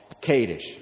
Kadesh